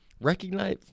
Recognize